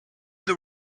the